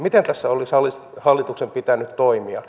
miten tässä olisi hallituksen pitänyt toimia